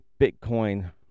Bitcoin